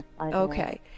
okay